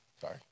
Sorry